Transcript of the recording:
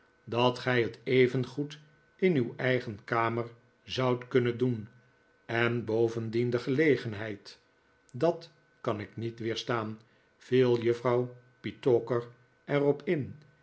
dat gij het evengoed in uw eigen kamer zoudt kunnen doen en bovendien de gelegenheid dat kan ik niet weerstaan viel juffrouw petowker er op in